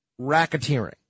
racketeering